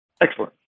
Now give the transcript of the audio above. Excellent